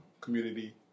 community